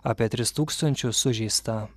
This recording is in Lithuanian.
apie tris tūkstančius sužeista